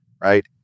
right